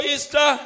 Easter